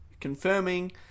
confirming